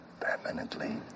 Permanently